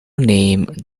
name